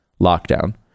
lockdown